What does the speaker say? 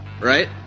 Right